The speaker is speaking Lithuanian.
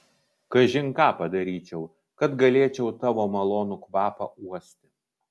kažin ką padaryčiau kad galėčiau tavo malonų kvapą uosti